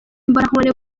imbonankubone